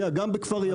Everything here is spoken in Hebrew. גם בכפר יפיע.